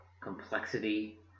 complexity